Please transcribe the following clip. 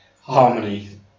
Harmony